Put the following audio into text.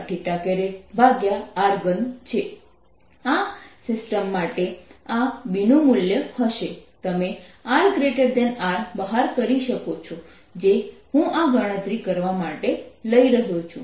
આ સિસ્ટમ માટે આ B નું મૂલ્ય હશે તમે rR બહાર કરી શકો છો જે હું આ ગણતરી કરવા માટે લઈ રહ્યો છું